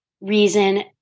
reason